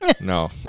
no